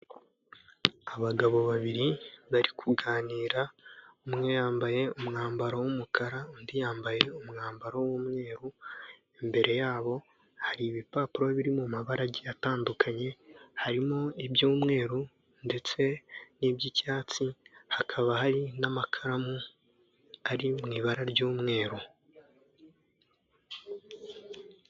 Abagabo babiri bari kuganira, umwe yambaye umwambaro w'umukara undi yambaye umwambaro w'umweru, imbere yabo hari ibipapuro biri mu mabara agiye atandukanye, harimo iby'umweru ndetse n'iby'icyatsi, hakaba hari n'amakaramu ari mu ibara ry'umweru.